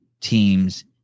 teams